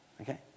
okay